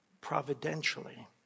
providentially